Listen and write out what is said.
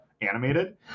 animated